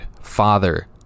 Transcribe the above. father